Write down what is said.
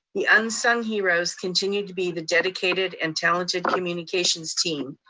the unsung heroes continue to be the dedicated, and talented communications team,